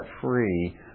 free